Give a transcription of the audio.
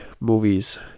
movies